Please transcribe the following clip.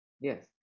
Yes